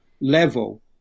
level